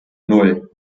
nan